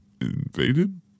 invaded